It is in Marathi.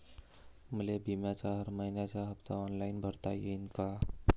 मले बिम्याचा हर मइन्याचा हप्ता ऑनलाईन भरता यीन का?